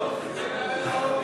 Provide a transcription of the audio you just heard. נתקבל.